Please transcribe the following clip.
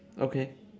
okay